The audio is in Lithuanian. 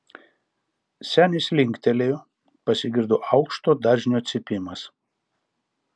senis linktelėjo pasigirdo aukšto dažnio cypimas